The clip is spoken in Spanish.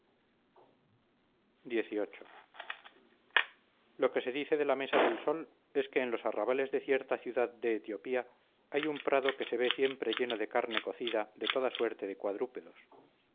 xviii lo que se dice de la mesa del sol es que en los arrabales de cierta ciudad de etiopía hay un prado que se ve siempre lleno de carne cocida de toda suerte de cuadrúpedos